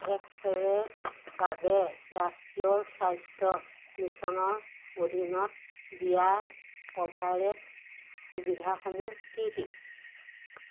x ray ৰ বাবে ৰাষ্ট্ৰীয় স্বাস্থ্য মিছনৰ অধীনত দিয়া কভাৰেজ সুবিধাসমূহ কি কি